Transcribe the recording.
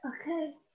Okay